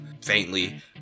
faintly